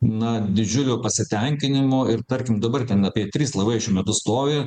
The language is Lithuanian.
na didžiuliu pasitenkinimu ir tarkim dabar ten apie trys laivai šiuo metu stovi